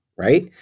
right